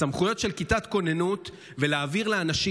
הסמכויות של כיתת כוננות ולהבהיר לאנשים